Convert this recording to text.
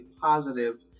positive